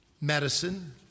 medicine